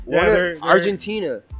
argentina